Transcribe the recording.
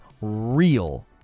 real